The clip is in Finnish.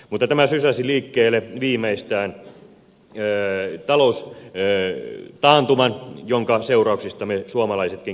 mutta tämä viimeistään sysäsi liikkeelle taloustaantuman jonka seurauksista me suomalaisetkin kärsimme